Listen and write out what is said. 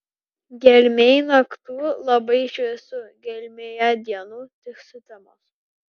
gelmėj naktų labai šviesu gelmėje dienų tik sutemos